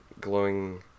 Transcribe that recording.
glowing